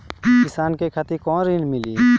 किसान के खातिर कौन ऋण मिली?